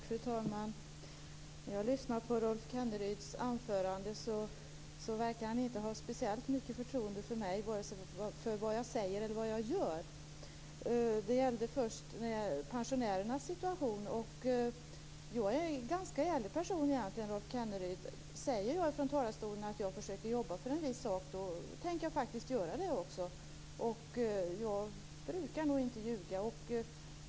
Fru talman! Av Rolf Kenneryds anförande framgår att han inte verkar ha speciellt stort förtroende för mig, varken för vad jag säger eller för vad jag gör. Vad först gäller pensionärernas situation vill jag säga att jag egentligen är en ganska ärlig person, Rolf Kenneryd. Säger jag från talarstolen att jag försöker jobba för en viss sak, tänker jag faktiskt också göra det. Jag brukar nog inte ljuga.